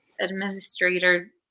administrator